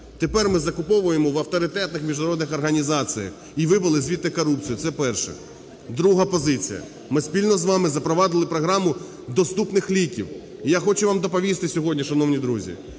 Тепер ми закуповуємо в авторитетних міжнародних організаціях і вивели звідти корупцію. Це перше. Друга позиція. Ми спільно з вами запровадили програму "Доступних ліків". І я хочу вам доповісти сьогодні, шановні друзі,